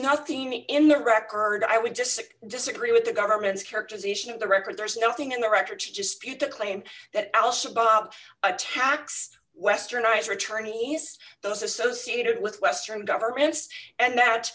nothing in the record i would just like disagree with the government's characterization of the record there's nothing in the record to dispute the claim that al shabaab attacks westernize or attorneys those associated with western governments and that